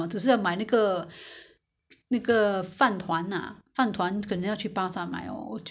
very the market [one] is fresh mah I need to go and find ah I need to go and search whether they sell or not